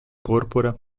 porpora